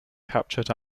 captured